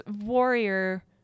warrior